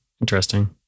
Interesting